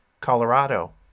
Colorado